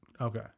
Okay